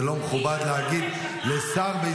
זה לא מכובד -- להגיד לשר "בן שקרן"?